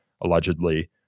allegedly